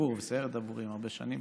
דבור בסיירת דבורים הרבה שנים.